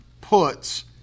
puts